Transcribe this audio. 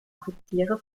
offiziere